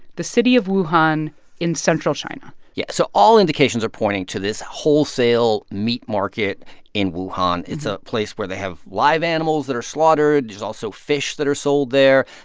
the city of wuhan in central china yeah. so all indications are pointing to this wholesale meat market in wuhan. it's a place where they have live animals that are slaughtered. there's also fish that are sold there,